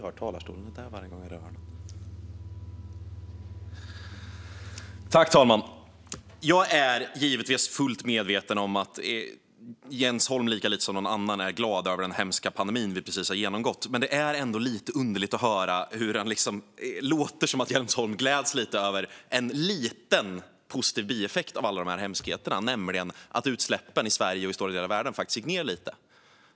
Herr talman! Jag är givetvis fullt medveten om att Jens Holm lika lite som någon annan är glad över den hemska pandemi vi precis har genomgått. Men det är lite underligt, för det låter som att Jens Holm ändå gläds en aning åt en liten, positiv bieffekt av alla dessa hemskheter, nämligen att utsläppen i Sverige och stora delar av världen faktiskt gick ned lite.